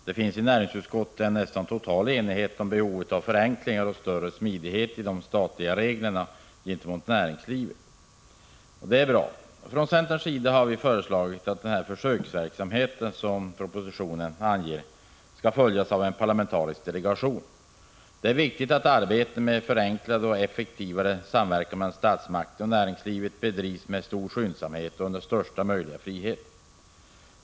Herr talman! I näringsutskottet föreligger en nästan total enighet om behovet av förenklingar och större smidighet i de statliga regleringarna gentemot näringslivet. Det är bra. Från centerns sida har vi föreslagit att den försöksverksamhet som propositionen anger skall följas av en parlamentarisk delegation. Det är viktigt att arbetet med förenklad och effektivare samverkan mellan statsmakter och näringsliv bedrivs med stor skyndsamhet och under största möjliga frihet.